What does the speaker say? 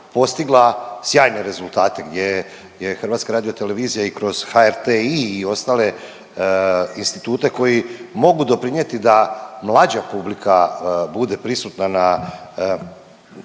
postigla sjajne rezultate gdje je HRT i kroz HRTi i ostale institute mogu doprinijeti da mlađa publika bude prisutna u